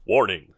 Warning